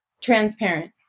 transparent